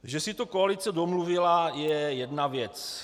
Že si to koalice domluvila je jedna věc.